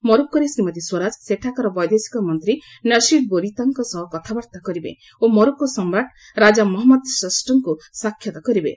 ମରୋକୋରେ ଶ୍ରୀମତୀ ସ୍ୱରାଜ ସେଠାକାର ବୈଦେଶିକ ମନ୍ତ୍ରୀ ନସିର ବୋରିତାଙ୍କ ସହ କଥାବାର୍ତ୍ତା କରିବେ ଓ ମରୋକୋ ସମ୍ରାଟ ରାଜା ମହଞ୍ମଦ ଷଷ୍ଠଙ୍କୁ ସାକ୍ଷାତ୍ କରିବେ